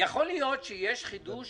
יכול להיות שיש חידוש